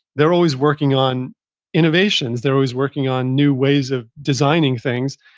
they're always working on innovations. they're always working on new ways of designing things.